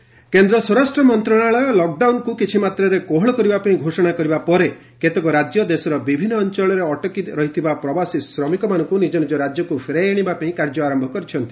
stranded workers କେନ୍ଦ୍ର ସ୍ୱରାଷ୍ଟ୍ର ମନ୍ତ୍ରଣାଳୟ ଲକ୍ଡାଉନ୍କୁ କିଛିମାତ୍ରାରେ କୋହଳ କରିବାପାଇଁ ଘୋଷଣା କରିବା ପରେ କେତେକ ରାଜ୍ୟ ଦେଶର ବିଭିନ୍ନ ଅଞ୍ଚଳରେ ଅଟକି ରହିଥିବା ପ୍ରବାସୀ ଶ୍ରମିକମାନଙ୍କୁ ନିଜ ନିଜ ରାଜ୍ୟକୁ ଫେରାଇ ଆଶିବା କାର୍ଯ୍ୟ ଆରମ୍ଭ କରିଛନ୍ତି